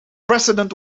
president